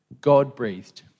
God-breathed